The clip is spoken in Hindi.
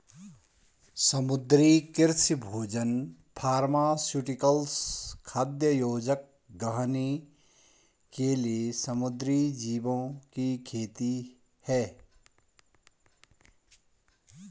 समुद्री कृषि भोजन फार्मास्यूटिकल्स, खाद्य योजक, गहने के लिए समुद्री जीवों की खेती है